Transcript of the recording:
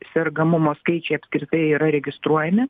sergamumo skaičiai apskritai yra registruojami